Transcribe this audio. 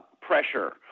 pressure